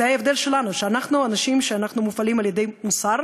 זה ההבדל שלנו, אנחנו אנשים שמופעלים על-ידי מוסר.